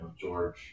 George